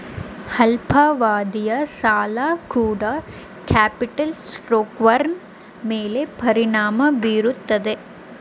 ಅಲ್ಪಾವಧಿಯ ಸಾಲ ಕೂಡ ಕ್ಯಾಪಿಟಲ್ ಸ್ಟ್ರಕ್ಟರ್ನ ಮೇಲೆ ಪರಿಣಾಮ ಬೀರುತ್ತದೆ